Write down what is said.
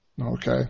Okay